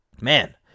Man